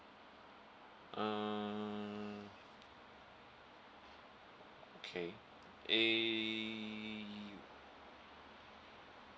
err okay eh